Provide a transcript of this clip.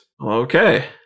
Okay